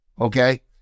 okay